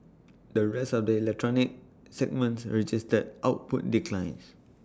the rest of the electronics segments registered output declines